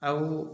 ଆଉ